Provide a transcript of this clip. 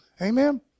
Amen